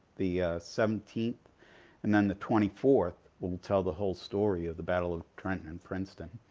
the seventeenth and then the twenty fourth will will tell the whole story of the battle of trenton and princeton.